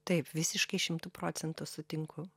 taip visiškai šimtu procentų sutinku